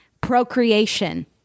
procreation